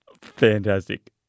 Fantastic